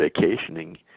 vacationing